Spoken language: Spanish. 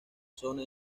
zona